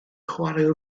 chwarae